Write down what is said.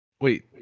Wait